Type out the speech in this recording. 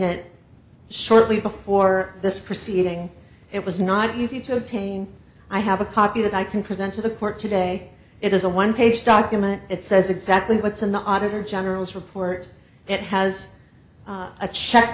it shortly before this proceeding it was not easy to obtain i have a copy that i can present to the court today it is a one page document that says exactly what's in the auditor general's report it has a check